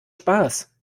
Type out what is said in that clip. spaß